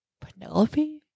Penelope